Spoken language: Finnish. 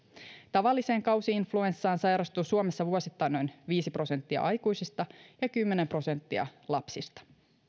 tavalliseen kausi influenssaan sairastuu suomessa vuosittain noin viisi prosenttia aikuisista ja kymmenen prosenttia lapsista